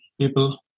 people